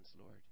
Lord